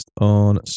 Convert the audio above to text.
on